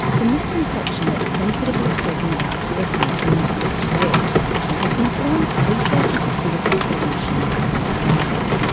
the misconception that sensitively talking about suicide can increase risk has influenced research into suicide prevention worldwide.